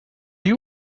you